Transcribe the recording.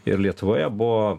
ir lietuvoje buvo